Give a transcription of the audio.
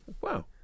Wow